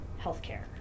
healthcare